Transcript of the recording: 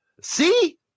see